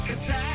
attack